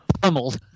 pummeled